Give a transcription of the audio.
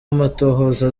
amatohoza